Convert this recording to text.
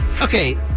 Okay